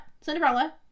Cinderella